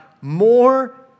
more